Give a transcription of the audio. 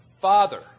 Father